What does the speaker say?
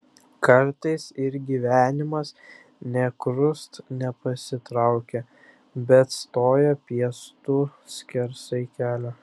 kartais ir gyvenimas nė krust nepasitraukia bet stoja piestu skersai kelio